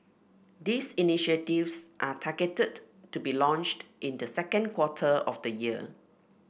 these initiatives are targeted to be launched in the second quarter of the year